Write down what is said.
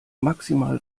maximal